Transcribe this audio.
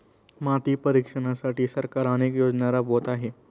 माती परीक्षणासाठी सरकार अनेक योजना राबवत आहे